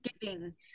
giving